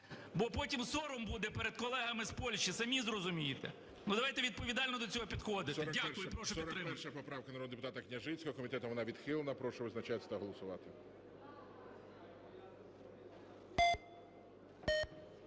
Бо потім сором буде перед колегами з Польщі, самі розумієте. Давайте відповідально до цього підходити. Дякую. Прошу підтримати.